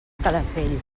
calafell